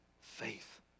faith